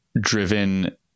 driven